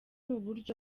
uburyo